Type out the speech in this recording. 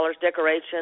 Decorations